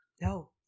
No